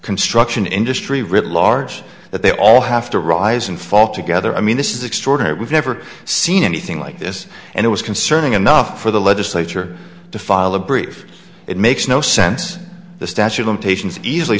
construction industry writ large that they all have to rise and fall together i mean this is extraordinary we've never seen anything like this and it was concerning enough for the legislature to file a brief it makes no sense the statue of limitations easily